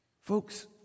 Folks